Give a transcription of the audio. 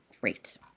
great